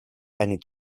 eine